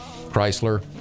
Chrysler